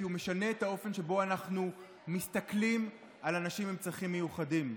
כי הוא משנה את האופן שבו אנחנו מסתכלים על אנשים עם צרכים מיוחדים.